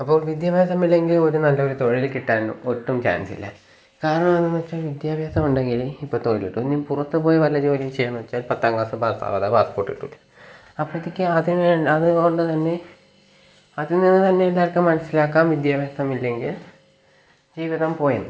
അപ്പോള് വിദ്യാഭ്യാസം ഇല്ലെങ്കില് ഒരു നല്ലൊരു തൊഴില് കിട്ടാന് ഒട്ടും ചാന്സില്ല കാരണമെന്തെന്ന് വെച്ചാല് വിദ്യാഭ്യാസം ഉണ്ടെങ്കില് ഇപ്പോള് തൊഴില് കിട്ടും ഇനി പുറത്ത്പോയി വല്ല ജോലിയും ചെയ്യാമെന്ന് വച്ചാല് പത്താംക്ലാസ് പാസ്സാവാതെ പാസ്പോര്ട്ട് കിട്ടുകയില്ല അപ്പോഴത്തേക്ക് ആദ്യം ഞാന് അതുകൊണ്ട് തന്നെ അതില്നിന്നുതന്നെ ഇതൊക്കെ മനസിലാക്കാം വിദ്യാഭ്യാസം ഇല്ലെങ്കില് ജീവിതം പോയന്ന്